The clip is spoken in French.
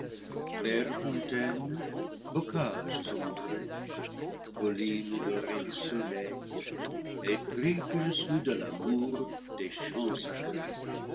fontaines bocages ombreux collines dorées du soleil épris que je suis de l'amour des chants sacrés